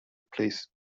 place